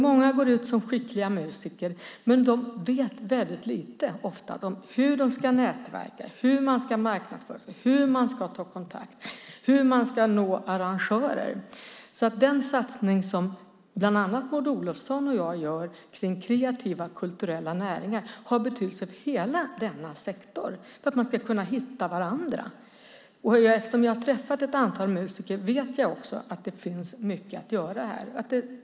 Många går ut som skickliga musiker, men de vet ofta väldigt lite om hur de ska nätverka, hur de ska marknadsföra sig, hur de ska ta kontakt och hur de ska nå arrangörer. Den satsning som bland annat Maud Olofsson och jag gör på kreativa kulturella näringar har betydelse för hela denna sektor för att man ska kunna hitta varandra. Eftersom jag har träffat ett antal musiker vet jag också att det finns mycket att göra här.